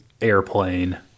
airplane